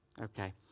Okay